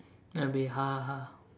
there will be haha